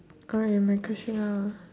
oh ya my question now ah